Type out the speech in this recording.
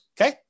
okay